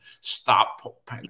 Stop